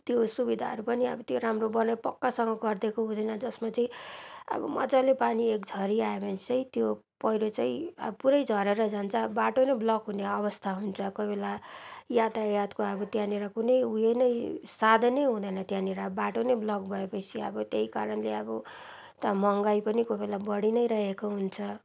त्यो सुविधाहरू पनि अब त्यो राम्रो वाल पक्कासँग गरिदिएको हुँदैन जसमा चाहिँ अब मजाले पानी एक झरी आयो भने चाहिँ त्यो पहिरो चाहिँ अब पुरा झरेर जान्छ अब बाटो नै ब्लक हुने अवस्था हुन्छ कोही बेला यातायातको अब त्यहाँनेर अब कुनै उयो नै साधन नै हुँदैन त्यहाँनेर बाटो नै ब्लक भए पछि अब त्यही कारणले अब त महँगाइ पनि कोही बेला बढी नै रहेको हुन्छ